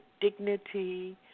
dignity